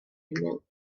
hymyl